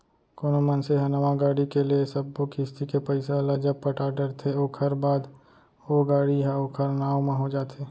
कोनो मनसे ह नवा गाड़ी के ले सब्बो किस्ती के पइसा ल जब पटा डरथे ओखर बाद ओ गाड़ी ह ओखर नांव म हो जाथे